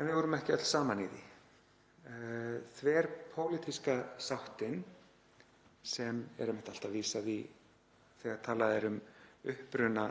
En við vorum ekki öll saman í því. Þverpólitíska sáttin, sem er einmitt alltaf vísað í þegar talað er um uppruna